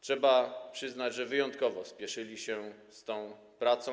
Trzeba przyznać, że wyjątkowo spieszyli się z tą pracą.